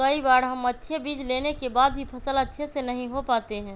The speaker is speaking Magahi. कई बार हम अच्छे बीज लेने के बाद भी फसल अच्छे से नहीं हो पाते हैं?